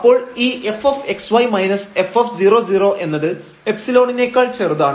അപ്പോൾ ഈ fx y f00 എന്നത് ϵ നേക്കാൾ ചെറുതാണ്